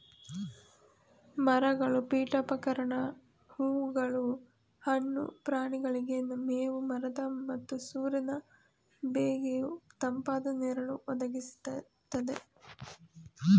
ಮರಗಳು ಪೀಠೋಪಕರಣ ಹೂಗಳು ಹಣ್ಣು ಪ್ರಾಣಿಗಳಿಗೆ ಮೇವು ಮರದ ಮತ್ತು ಸೂರ್ಯನ ಬೇಗೆಯ ತಂಪಾದ ನೆರಳು ಒದಗಿಸ್ತದೆ